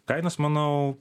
kainos manau